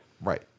Right